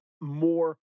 more